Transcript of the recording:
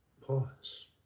pause